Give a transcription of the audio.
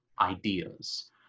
ideas